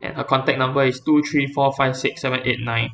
and her contact number is two three four five six seven eight nine